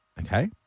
okay